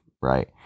right